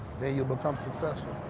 then you'll become successful.